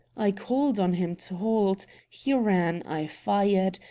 i called on him to halt he ran, i fired,